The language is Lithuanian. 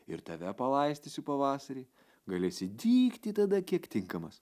ir tave palaistysiu pavasarį galėsi dygti tada kiek tinkamas